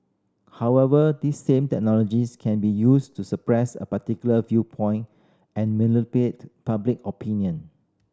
however this same technologies can be used to suppress a particular viewpoint and manipulate public opinion